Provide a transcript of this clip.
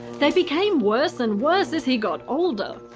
they became worse and worse as he got older.